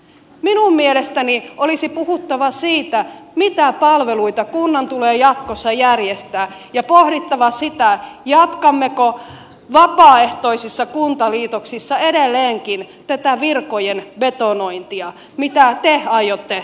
minun mielestäni olisi puhuttava siitä mitä palveluita kunnan tulee jatkossa järjestää ja pohdittava sitä jatkammeko vapaaehtoisissa kuntaliitoksissa edelleenkin tätä virkojen betonointia mitä te aiotte jatkaa